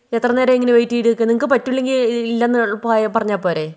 എത്ര നേരമാണ് ഇങ്ങനെ വെയിറ്റ് ചെയ്ത് നിക്കുക നിങ്ങൾക്ക് പറ്റില്ലെങ്കിൽ ഇല്ലെന്ന് പറഞ്ഞാൽ പോരെ